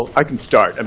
well, i can start. um